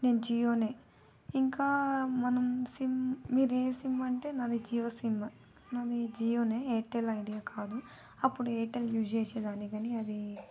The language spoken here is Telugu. నేను జియోనే ఇంకా మనం సిమ్ మీరు ఏ సిమ్ అంటే నాది జియో సిమ్ నాది జియోనే ఎయిర్టెల్ ఐడియా కాదు అప్పుడు ఎయిర్టెల్ యూజ్ చేసే దాన్ని కానీ అది